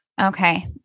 Okay